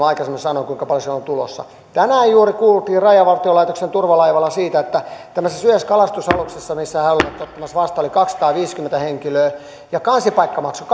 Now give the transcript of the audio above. aikaisemmin sanoin kuinka paljon sieltä on tulossa tänään juuri kuultiin rajavartiolaitoksen turvalaivalla siitä että tämmöisessä yhdessä kalastusaluksessa missä he olivat ottamassa vastaan oli kaksisataaviisikymmentä henkilöä ja kansipaikka maksoi